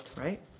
Right